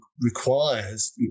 requires –